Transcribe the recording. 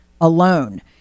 alone